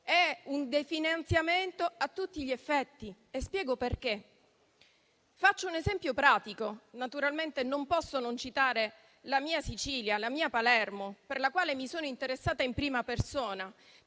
è un definanziamento a tutti gli effetti e ne spiego le ragioni. Faccio un esempio pratico, perché naturalmente non posso citare la mia Sicilia o la mia Palermo, per la quale mi sono interessata in prima persona.